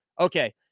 Okay